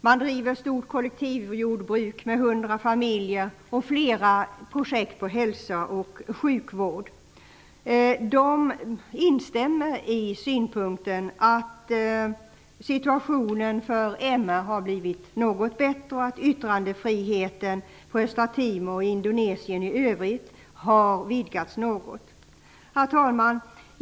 Man driver ett stort kollektivjordbruk med hundra familjer och flera projekt på hälso och sjukvårdsområdet. Man instämmer i synpunkten att situationen för MR har blivit något bättre och att yttrandefriheten på Östra Timor och i Indonesien i övrigt har vidgats något. Herr talman!